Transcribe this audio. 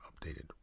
updated